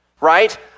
right